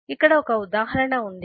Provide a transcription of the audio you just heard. కాబట్టి ఇక్కడ ఒక ఉదాహరణ ఉంది